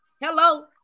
Hello